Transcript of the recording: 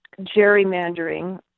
gerrymandering